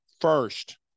first